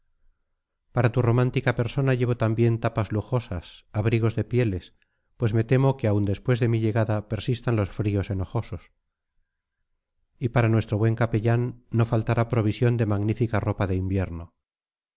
para tu romántica persona llevo también tapas lujosas abrigos de pieles pues me temo que aun después de mi llegada persistan los fríos enojosos y para nuestro buen capellán no faltará provisión de magnífica ropa de invierno